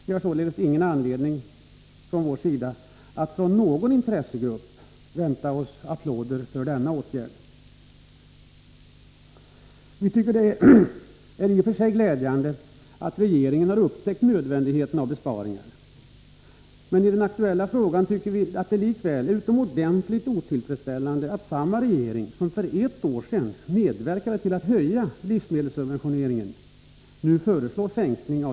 Vi har således från vår sida inte någon anledning att från någon intressegrupp vänta oss applåder för denna åtgärd. Vi tycker att det i och för sig är glädjande att regeringen har upptäckt nödvändigheten av besparingar, men i den aktuella frågan tycker vi likväl att det är utomordentligt otillfredsställande att samma regering, som för ett år sedan medverkade till en höjning beträffande livsmedelssubventioneringen, nu föreslår en sänkning.